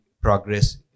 progress